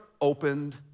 opened